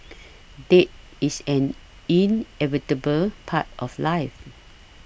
death is an inevitable part of life